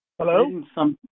Hello